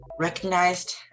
Recognized